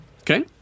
Okay